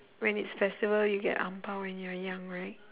when it's festival you get ang pao when you are young right